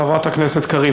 חברת הכנסת קריב,